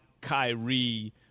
Kyrie